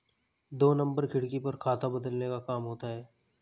दो नंबर खिड़की पर खाता बदलने का काम होता है